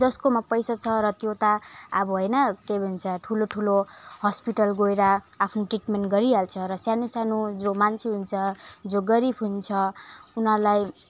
जसकोमा पैसा छ र त्यो त अब होइन के भन्छ ठुलो ठुलो हस्पिटल गएर आफ्नो ट्रिटमेन्ट गरिहाल्छ र सानो सानो जो मान्छे हुन्छ जो गरिब हुन्छ उनीहरूलाई